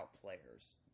players